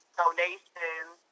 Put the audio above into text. donations